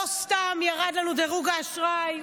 לא סתם ירד לנו דירוג האשראי.